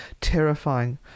Terrifying